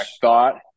thought